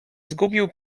zgubił